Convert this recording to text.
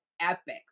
epic